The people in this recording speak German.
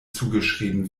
zugeschrieben